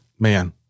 man